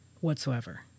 whatsoever